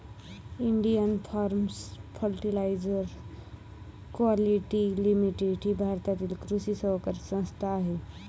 Indian farmers fertiliser quality limited ही भारताची कृषी सहकारी संस्था आहे